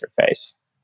interface